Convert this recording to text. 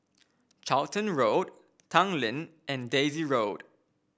Charlton Road Tanglin and Daisy Road